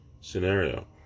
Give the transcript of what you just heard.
scenario